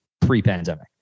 Pre-pandemic